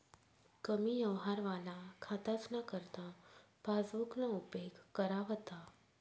कमी यवहारवाला खातासना करता पासबुकना उपेग करा व्हता